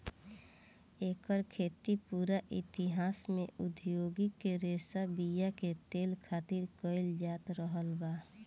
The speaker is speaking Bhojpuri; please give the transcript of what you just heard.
एकर खेती पूरा इतिहास में औधोगिक रेशा बीया के तेल खातिर कईल जात रहल बा